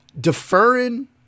deferring